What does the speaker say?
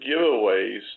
giveaways